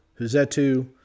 Huzetu